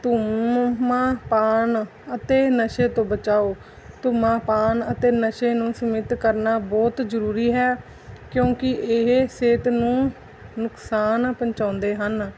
ਧੂਮਮ ਪਾਨ ਅਤੇ ਨਸ਼ੇ ਤੋਂ ਬਚਾਓ ਧੂਮਰ ਪਾਨ ਅਤੇ ਨਸ਼ੇ ਨੂੰ ਸਮਿਤ ਕਰਨਾ ਬਹੁਤ ਜ਼ਰੂਰੀ ਹੈ ਕਿਉਂਕਿ ਇਹ ਸਿਹਤ ਨੂੰ ਨੁਕਸਾਨ ਪਹੁੰਚਾਉਂਦੇ ਹਨ